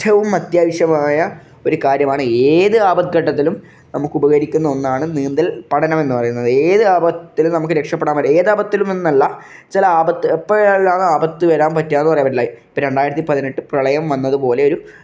ഏറ്റവും അത്യാവശ്യമായ ഒരു കാര്യമാണ് ഏത് ആപത്ത്ഘട്ടത്തിലും നമുക്ക് ഉപകരിക്കുന്ന ഒന്നാണ് നീന്തൽ പഠനം എന്ന് പറയുന്നത് ഏത് ആപത്തിലും നമുക്ക് രക്ഷപെടാൻ പറ്റും ഏത് ആപത്തിലും എന്നല്ല ചില ആപത്ത് എപ്പഴാണ് ആപത്ത് വരാൻ പറ്റുകെയെന്ന് പറയാൻ പറ്റില്ല ഇപ്പം രണ്ടായിരത്തി പതിനെട്ട് പ്രളയം വന്നത് പോലെ ഒരു